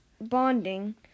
bonding